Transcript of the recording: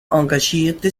engagierte